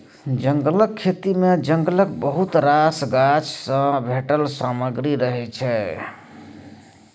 जंगलक खेती मे जंगलक बहुत रास गाछ सँ भेटल सामग्री रहय छै